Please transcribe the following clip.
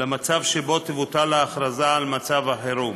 למצב שבו תבוטל ההכרזה על מצב חירום.